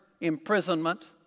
imprisonment